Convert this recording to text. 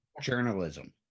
journalism